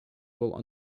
will